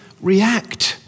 react